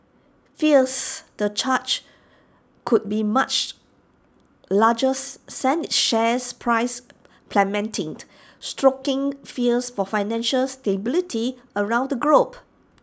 fears the charge could be much larger sent its share price plummeting stoking fears for financial stability around the globe